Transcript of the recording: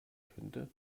könnte